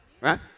Right